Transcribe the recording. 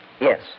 Yes